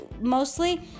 mostly